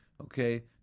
Okay